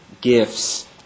gifts